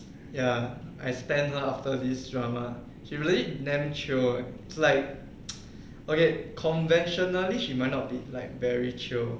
ya I spam her after this drama she really damn chio ah is like okay conventionally she might not be like very chio